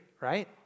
right